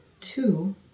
two